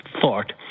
thought